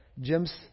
James